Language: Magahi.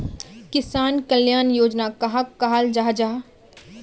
किसान कल्याण योजना कहाक कहाल जाहा जाहा?